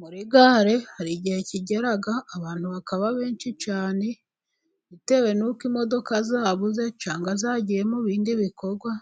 Muri gare hari igihe kigera abantu bakaba benshi cyane, bitewe n'uko imodoka zabuze cyangwa zagiye mu bindi bikorwa.